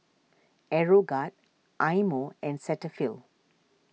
Aeroguard Eye Mo and Cetaphil